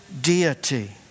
deity